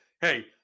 hey